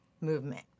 movement